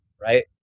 right